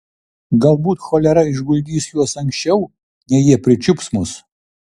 galbūt cholera išguldys juos anksčiau nei jie pričiups mus